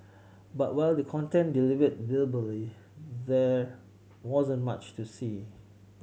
but while the content delivered verbally there wasn't much to see